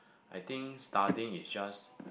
I think studying is just